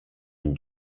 une